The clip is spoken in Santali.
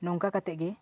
ᱱᱚᱝᱠᱟ ᱠᱟᱛᱮᱫ ᱜᱮ